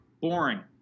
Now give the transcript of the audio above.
boring